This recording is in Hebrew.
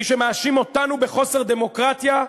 מי שמאשים אותנו בחוסר דמוקרטיה,